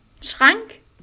schrank